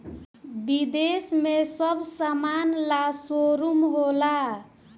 विदेश में सब समान ला शोरूम होला